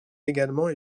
également